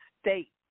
state